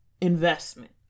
investment